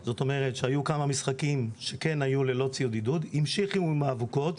כל עוד האבוקות המשיכו.